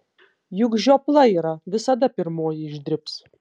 juk žiopla yra visada pirmoji išdribs